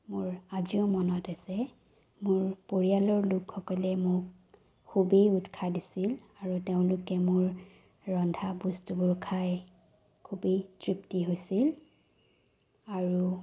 মোৰ আজিও মনত আছে মোৰ পৰিয়ালৰ লোকসকলে মোক খুবেই উৎসাহ দিছিল আৰু তেওঁলোকে মোৰ ৰন্ধা বস্তুবোৰ খাই খুবেই তৃপ্তি হৈছিল আৰু